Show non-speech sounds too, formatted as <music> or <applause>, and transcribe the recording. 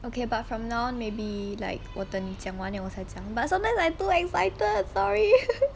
okay but from now maybe like 我等你讲完 then 我才讲 but sometimes I too excited sorry <laughs>